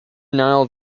nile